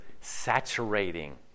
saturating